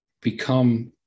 become